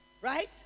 Right